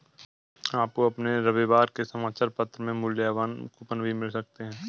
आपको अपने रविवार के समाचार पत्र में मूल्यवान कूपन भी मिल सकते हैं